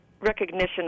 recognition